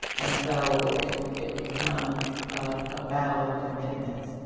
and so it it becomes a ah battle of commitments.